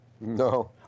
No